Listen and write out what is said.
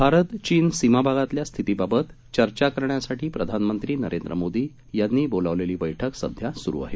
भारत चीन सीमा भागातल्या स्थितीबाबत चर्चा करण्यासाठी प्रधानमंत्री नरेंद्र मोदी यांनी बोलवलेली बैठक सध्या सुरू आहे